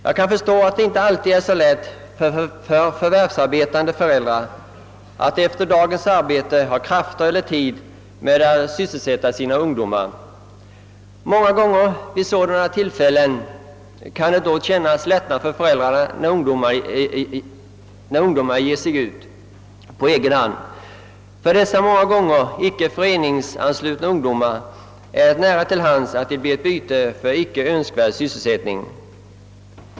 Jag kan förstå att det inte alltid är så lätt för föräldrar med förvärvsarbete att på kvällen ägna krafter eller tid åt att sysselsätta sina ungdomar — många gånger kan det kännas lättare för föräldrarna, när ungdomarna ger sig ut på egen hand. Ofta är de unga icke föreningsanslutna, och då blir de lätt ett byte för icke önskvärda sysselsättningar.